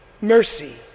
mercy